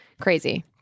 Crazy